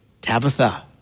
Tabitha